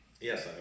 yes